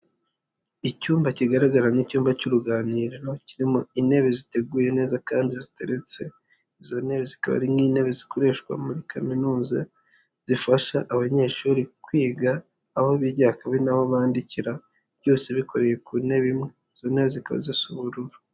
Icyumba kigaragara nk'icyumba cy'uruganiro, kirimo intebe ziteguye neza kandi ziteretse, izo ntebe zikaba ari nk'intebe zikoreshwa muri kaminuza, zifasha abanyeshuri kwiga, aho bigira akaba ari naho bandikira, byose bikorewe ku ntebe imwe. Izo ntebe zikaba zisa ubururu.